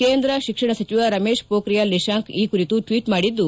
ಕೇಂದ್ರ ಶಿಕ್ಷಣ ಸಚಿವ ರಮೇಶ್ ಮೋಬ್ರಿಯಾಲ್ ನಿಶಾಂಕ್ ಈ ಕುರಿತು ಟ್ವೀಟ್ ಮಾಡಿದ್ದು